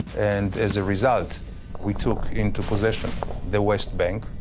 and as a result we took into possession the west bank,